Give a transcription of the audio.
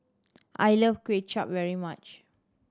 I love Kuay Chap very much